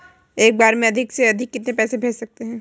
एक बार में अधिक से अधिक कितने पैसे भेज सकते हैं?